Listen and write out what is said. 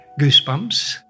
goosebumps